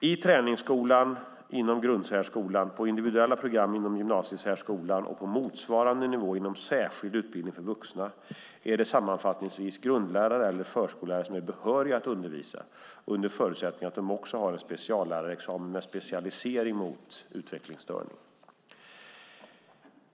I träningsskolan inom grundsärskolan, på individuella program inom gymnasiesärskolan och på motsvarande nivå inom särskild utbildning för vuxna är det sammanfattningsvis grundlärare eller förskollärare som är behöriga att undervisa, under förutsättning att de också har en speciallärarexamen med specialisering mot utvecklingsstörning.